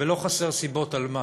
ולא חסר סיבות על מה,